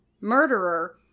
murderer